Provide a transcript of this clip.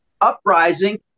uprising